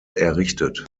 errichtet